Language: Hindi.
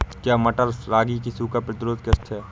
क्या मटर रागी की सूखा प्रतिरोध किश्त है?